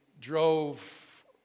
drove